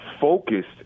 focused